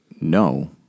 no